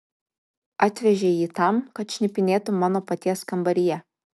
atvežei jį tam kad šnipinėtų mano paties kambaryje